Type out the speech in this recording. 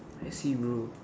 I see bro